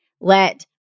let